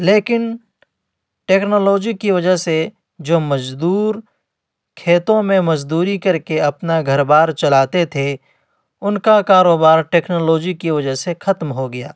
لیکن ٹیکنالوجی کی وجہ سے جو مزدور کھیتوں میں مزدوری کر کے اپنا گھر بار چلاتے تھے ان کا کاروبار ٹیکنالوجی کی وجہ سے ختم ہو گیا